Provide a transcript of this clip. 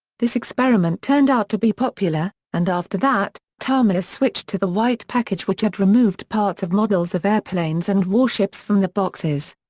this experiment turned out to be popular, and after that, tamiya switched to the white package which had removed parts of models of airplanes and warships from the boxes.